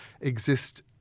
exist